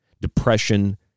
depression